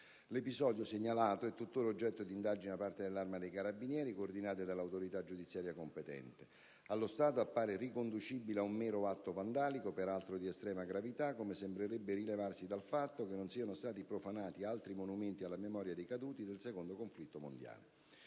L'episodio segnalato è tuttora oggetto di indagini da parte dell'Arma dei carabinieri, coordinate dall'autorità giudiziaria competente: allo stato appare riconducibile ad un mero atto vandalico - peraltro di estrema gravità - come sembrerebbe rilevarsi dal fatto che non siano stati profanati altri monumenti alla memoria dei caduti del Secondo conflitto mondiale.